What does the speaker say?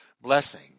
blessing